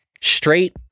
straight